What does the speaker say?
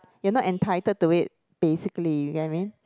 you're not entitled to it basically you get what I mean